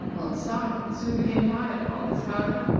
old sardon soon became tired of all this, however,